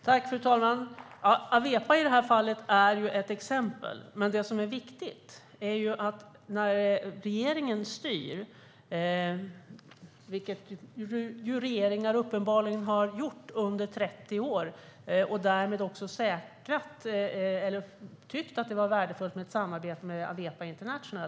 Fru talman! Awepa är i det här fallet ett exempel. Det som är viktigt är att regeringar har styrt under 30 år, och därmed också tyckt att det har varit värdefullt med ett samarbete med Awepa International.